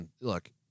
Look